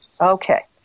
Okay